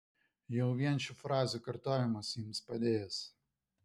jau vien šių frazių kartojimas jums padės